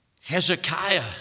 Hezekiah